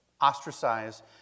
ostracized